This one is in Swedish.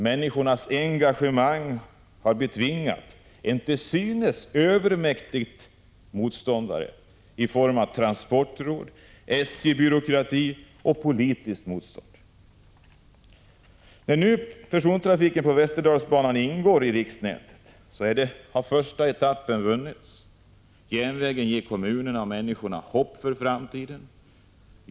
Människornas engagemang har betvingat en till synes övermäktig motståndare i form av transportråd, SJ-byråkrati och politiskt motstånd. När nu persontrafiken på Västerdalsbanan ingår i riksnätet, så har första etappen vunnits. Järnvägen ger kommunerna och människorna hopp för framtiden.